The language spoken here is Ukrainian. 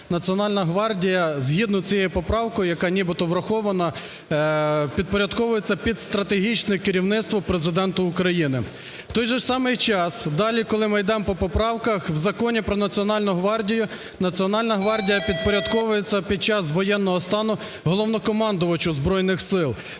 Національна гвардія, згідно з цією поправкою, яка нібито врахована, підпорядковується під стратегічне керівництво Президента України. В той же ж самий час далі, коли ми йдемо по поправкам, в Законі про Національну гвардію Національна гвардія підпорядковується під час воєнного стану Головнокомандуючому Збройних Сил,